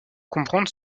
comprendre